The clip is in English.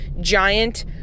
giant